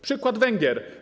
Przykład Węgier.